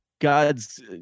god's